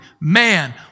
man